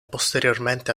posteriormente